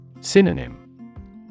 Synonym